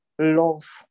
love